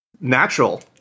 Natural